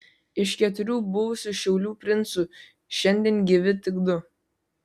iš keturių buvusių šiaulių princų šiandien gyvi tik du